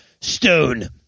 Stone